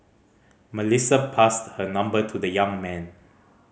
Melissa passed her number to the young man